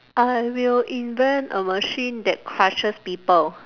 I will invent a machine that crushes people